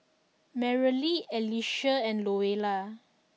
Merrily Alecia and Louella